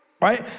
Right